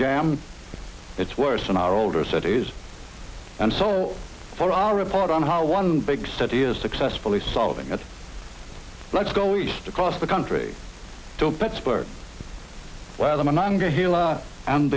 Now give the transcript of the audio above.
jam it's worse than our older cities and so far our report on how one big city is successfully solving it let's go east across the country to pittsburgh where the